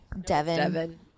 Devin